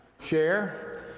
share